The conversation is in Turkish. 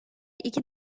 iki